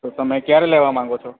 તો તમે ક્યારે લેવા માંગો છો